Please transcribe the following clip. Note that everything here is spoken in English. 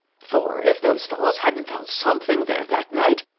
for if those fellows hadn't found something there that night,